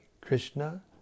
Krishna